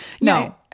No